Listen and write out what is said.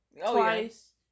twice